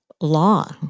law